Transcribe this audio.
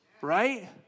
Right